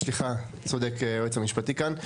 צודק היועץ המשפטי כאן.